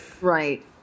Right